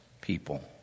people